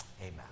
Amen